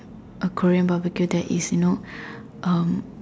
a Korean barbecue that is you know um